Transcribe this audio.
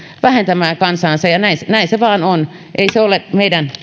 vähentämään kansaa ja näin se vain on ei ole meidän